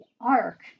Ark